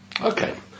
Okay